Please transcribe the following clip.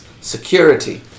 security